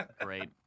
Great